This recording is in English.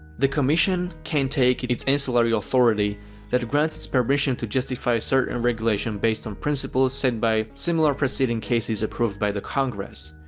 the commission can take its ancillary authority that grants its permission to justify certain regulations based on principles set by similar preceding cases approved by the congress.